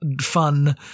fun